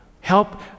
Help